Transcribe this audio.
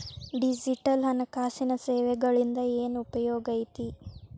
digital ಹಣಕಾಸಿನ ಸೇವೆಗಳಿಂದ ಏನ್ ಉಪಯೋಗೈತಿ